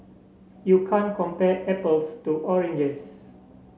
you can't compare apples to oranges